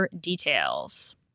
Details